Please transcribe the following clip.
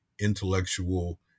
intellectual